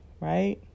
right